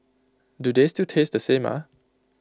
do they still taste the same ah